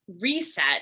reset